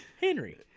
Henry